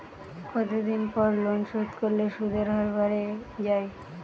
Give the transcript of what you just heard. কতদিন পর লোন শোধ করলে সুদের হার বাড়ে য়ায়?